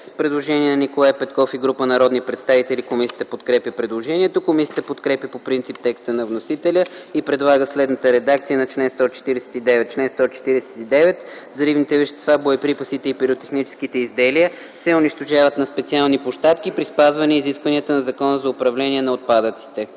Предложение на Николай Петков и група народни представители. Комисията подкрепя предложението. Комисията подкрепя по принцип текста на вносителя и предлага следната редакция на чл. 149: „Чл. 149. Взривните вещества, боеприпасите и пиротехническите изделия се унищожават на специални площадки при спазване изискванията на Закона за управление на отпадъците”.